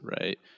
Right